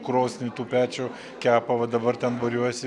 krosnį tų pečių kepa va dabar ten būriuojasi